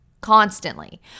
constantly